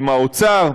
עם האוצר,